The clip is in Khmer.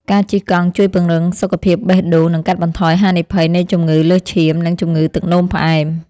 ការជិះកង់ជួយពង្រឹងសុខភាពបេះដូង និងកាត់បន្ថយហានិភ័យនៃជំងឺលើសឈាម និងជំងឺទឹកនោមផ្អែម។